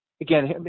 again